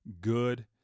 good